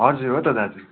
हजुर हो त दाजु